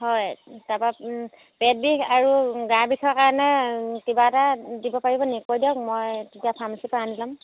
হয় তাৰপৰা পেট বিষ আৰু গা বিষৰ কাৰণে কিবা এটা দিব পাৰিব নি কৈ দিয়ক মই তেতিয়া ফাৰ্মেচীপৰা আনি ল'ম